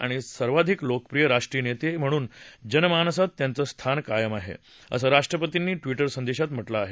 आणि सर्वाधिक लोकप्रिय राष्ट्रीय नेते म्हणून जनमानसात त्यांचं स्थान कायम आहे असं राष्ट्रपतींनी ट्विटर संदेशात म्हटल आहे